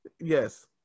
Yes